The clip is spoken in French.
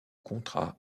contrat